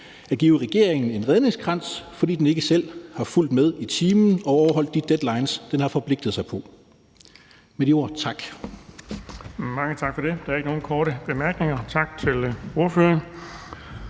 at give regeringen en redningskrans, fordi den ikke selv har fulgt med i timen og overholdt de deadlines, den har forpligtet sig på. Med de ord vil